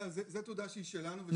זו תעודה שהיא שלנו.